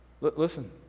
Listen